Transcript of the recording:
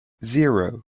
zero